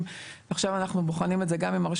בלי ממ"דים.